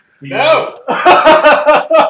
No